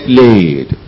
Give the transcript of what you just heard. laid